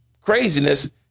craziness